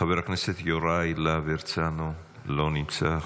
חבר הכנסת יוראי להב הרצנו, אינו נוכח.